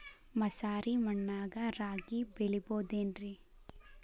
ಮಸಾರಿ ಮಣ್ಣಾಗ ರಾಗಿ ಬೆಳಿಬೊದೇನ್ರೇ?